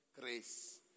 Grace